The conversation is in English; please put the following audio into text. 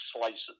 slices